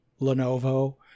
Lenovo